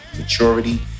maturity